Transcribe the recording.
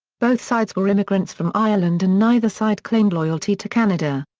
both sides were immigrants from ireland and neither side claimed loyalty to canada.